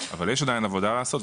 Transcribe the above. אבל יש עדיין עבודה לעשות,